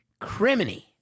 Criminy